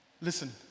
Listen